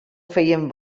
feien